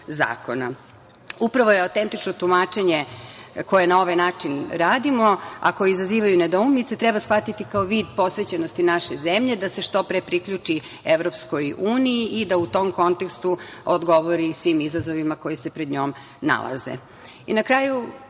zakona. Upravo autentično tumačenje koje na ovaj način radimo, a koje izaziva nedoumice treba shvatiti kao vid posvećenosti naše zemlje da se što pre priključi Evropskoj uniji i da u tom kontekstu odgovori svim izazovima koji se pred njom nalaze. Na